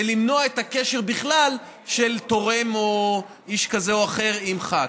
ולמנוע בכלל את הקשר של תורם או איש כזה או אחר עם ח"כ.